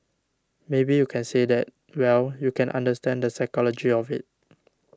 maybe you can say that well you can understand the psychology of it